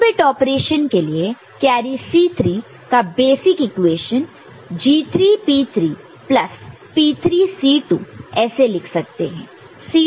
4 bit operation के लिए carry C3 का basic equation G3 P3 plus P3 C2 ऐसे लिख सकते हैं